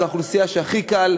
זו האוכלוסייה שהכי קל